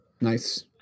Nice